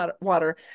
water